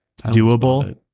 doable